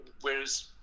whereas